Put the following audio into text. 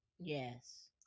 yes